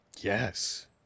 Yes